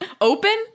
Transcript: Open